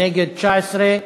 בעד 30, נגד, 19,